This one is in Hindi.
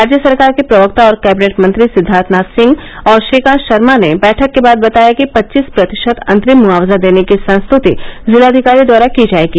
राज्य सरकार के प्रवक्ता और कैबिनेट मंत्री सिद्वार्थनाथ सिंह और श्रीकान्त शर्मा ने बैठक के बाद बताया कि पच्चीस प्रतिशत अंतरिम मुआवजा देने की संस्तुति जिलाधिकारी द्वारा की जायेगी